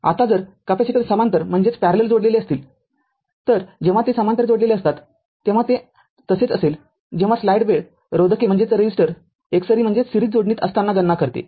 आता जर कॅपेसिटर समांतर जोडलेले असतील तर जेव्हा ते समांतर जोडलेले असतात तेव्हा ते तसेच असेल जेव्हा स्लाईड वेळ रोधके एकसरी जोडणीत असताना गणना करते